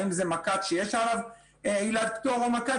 האם זה מק"ט שיש עליו עילת פטור או מק"ט